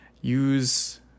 use